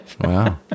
Wow